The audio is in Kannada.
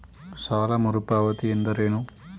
ಸಾಲ ಮರುಪಾವತಿ ಎಂದರೇನು?